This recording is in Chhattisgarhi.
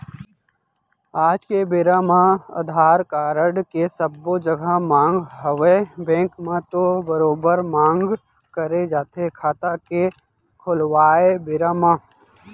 आज के बेरा म अधार कारड के सब्बो जघा मांग हवय बेंक म तो बरोबर मांग करे जाथे खाता के खोलवाय बेरा म